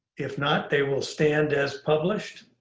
if not, they will stand as published.